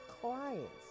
clients